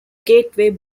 gateway